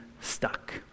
stuck